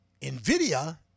NVIDIA